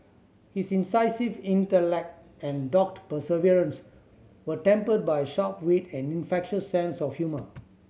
his incisive intellect and dogged perseverance were tempered by sharp wit and infectious sense of humour